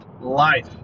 Life